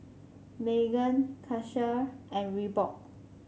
Megan Karcher and Reebok